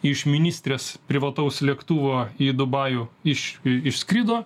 iš ministrės privataus lėktuvo į dubajų iš išskrido